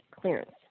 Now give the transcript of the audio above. clearance